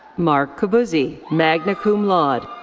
mark cobuzzi, magna cum laude.